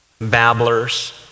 babblers